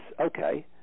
okay